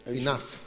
enough